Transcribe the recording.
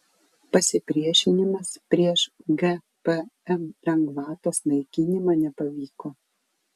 pasipriešinimas prieš gpm lengvatos naikinimą nepavyko